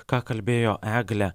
ką kalbėjo eglė